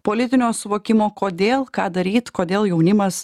politinio suvokimo kodėl ką daryt kodėl jaunimas